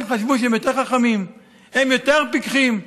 הם חשבו שהם יותר חכמים, הם יותר פקחים,